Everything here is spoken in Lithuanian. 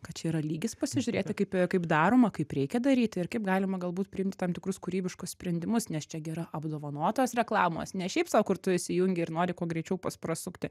kad čia yra lygis pasižiūrėti kaip a kaip daroma kaip reikia daryti ir kaip galima galbūt priimt tam tikrus kūrybiškus sprendimus nes čia gi yra apdovanotos reklamos ne šiaip sau kur tu įsijungi ir nori kuo greičiau pas prasukti